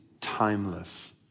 timeless